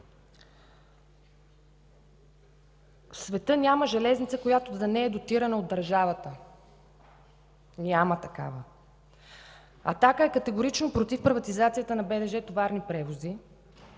В света няма железница, която да не е дотирана от държавата. Няма такава! „Атака” е категорично против приватизацията на БДЖ „Товарни превози”,